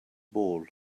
ball